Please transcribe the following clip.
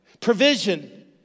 Provision